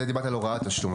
פה דיברת על הוראת תשלום.